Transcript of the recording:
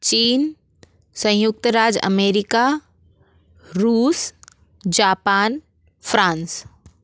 चीन संयुक्त राज्य अमेरिका रूस जापान फ्रांस